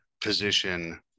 position